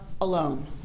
alone